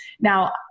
Now